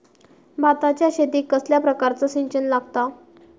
भाताच्या शेतीक कसल्या प्रकारचा सिंचन लागता?